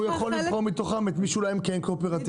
הוא יכול לבחור מתוכם את מי שאולי הם כן קואופרטיביים.